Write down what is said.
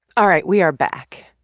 all right, we are back.